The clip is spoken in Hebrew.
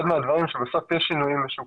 אחד מהדברים זה שבסוף יש שינויים בשוק